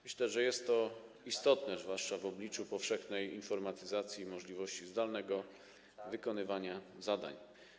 Myślę, że jest to istotne zwłaszcza w obliczu powszechnej informatyzacji i możliwości zdalnego wykonywania zadań.